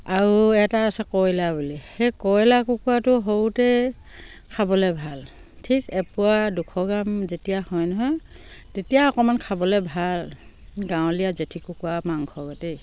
আৰু এটা আছে কয়লা বুলি সেই কয়লা কুকুৰাটো সৰুতেই খাবলৈ ভাল ঠিক এপুৱা দুশ গ্ৰাম যেতিয়া হয় নহয় তেতিয়া অকণমান খাবলৈ ভাল গাঁৱলীয়া জেঠী কুকুৰা মাংসৰ দৰেই